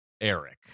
Eric